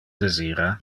desira